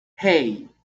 hey